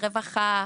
הרווחה,